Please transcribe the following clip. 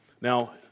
Now